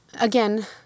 again